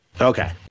Okay